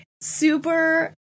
super